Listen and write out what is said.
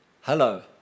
hello